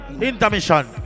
intermission